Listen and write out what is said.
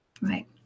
Right